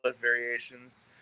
variations